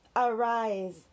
Arise